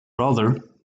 rather